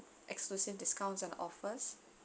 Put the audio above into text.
exclusive discounts and offers